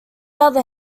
other